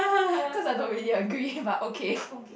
cause I don't really agree but okay